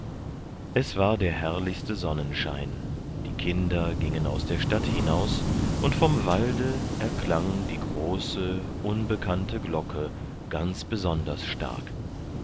es war der herrlichste sonnenschein die kinder gingen aus der stadt hinaus und vom walde erklang die große unbekannte glocke ganz besonders stark